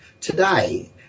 Today